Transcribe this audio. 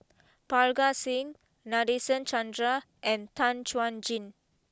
Parga Singh Nadasen Chandra and Tan Chuan Jin